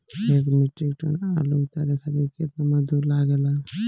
एक metric ton आलू उतारे खातिर केतना मजदूरी लागेला?